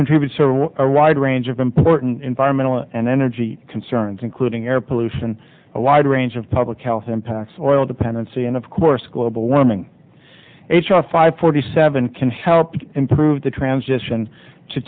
contributes to a wide range of important environmental and energy concerns including air pollution a wide range of public health impacts oil dependency and of course global warming h r five forty seven can help improve the transition to